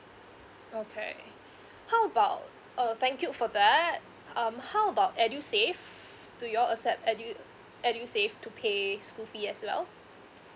okay how about uh thank you for that um how about edusave do you all accept edu edusave to pay school fee as well